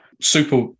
Super